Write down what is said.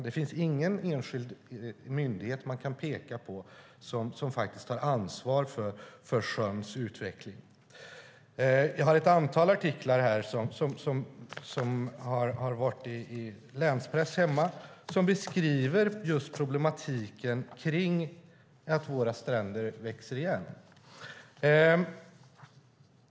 Det finns ingen enskild myndighet som man kan peka på som har ansvar för sjöns utveckling. Jag har ett antal artiklar här som har publicerats i länspressen hemma. De beskriver problematiken kring att våra stränder växer igen.